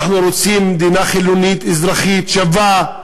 אנחנו רוצים מדינה חילונית אזרחית שווה,